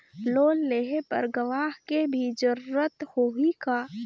Loan लेहे बर गवाह के भी जरूरत होही का?